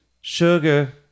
sugar